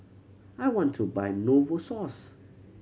I want to buy Novosource